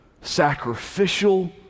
sacrificial